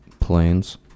Planes